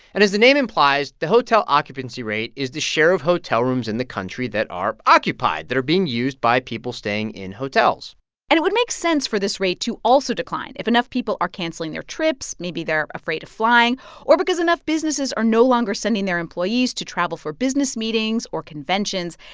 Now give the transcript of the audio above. and as the name implies, the hotel occupancy rate is the share of hotel rooms in the country that are occupied, that are being used by people staying in hotels and it would make sense for this rate to also decline if enough people are canceling their trips maybe they're afraid of flying or because enough businesses are no longer sending their employees to travel for business meetings or conventions.